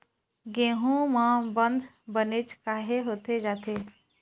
गेहूं म बंद बनेच काहे होथे जाथे?